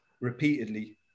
repeatedly